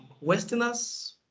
Westerners